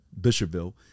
Bishopville